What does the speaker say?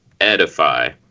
edify